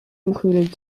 included